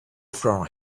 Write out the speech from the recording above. from